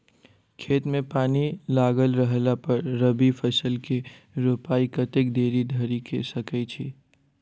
खेत मे पानि लागल रहला पर रबी फसल केँ रोपाइ कतेक देरी धरि कऽ सकै छी?